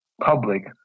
public